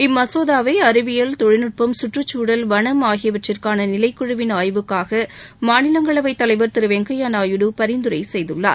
இம்மசோதாவை அறிவியல் தொழில்நுட்பம் கற்றுச்சூழல் வளம் ஆகியவற்றிற்கான நிலைக்குழுவின் ஆய்வுக்காக மாநிலங்களவைத் தலைவர் திரு வெங்கையா நாயுடு பரிந்துரை செய்துள்ளார்